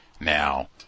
now